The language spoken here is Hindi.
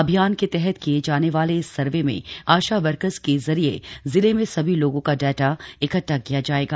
अभियान के तहत किये जाने वाले इस सर्वे में आशा वर्कर्स के जरिए जिले में सभी लोगों का डाटा इकद्वा किया जाएगा